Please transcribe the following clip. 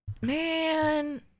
man